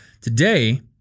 Today